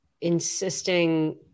insisting